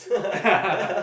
yeah